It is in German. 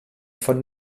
von